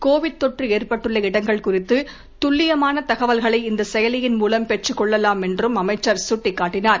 Covid தொற்று ஏற்பட்டுள்ள இடங்கள் குறித்து துல்லியமான தகவல்களை இந்த செயலியின் மூலம் பெற்றுக் கொள்ளலாம் என்றும் அமைச்சர் சுட்டிக்காட்டினார்